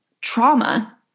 trauma